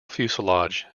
fuselage